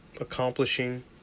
accomplishing